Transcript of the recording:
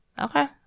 Okay